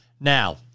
Now